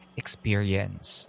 experience